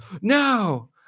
No